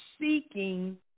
seeking